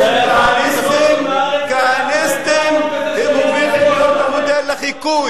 שחברי כנסת כהניסטים הופכים להיות מודל לחיקוי.